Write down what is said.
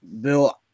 Bill